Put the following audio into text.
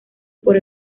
por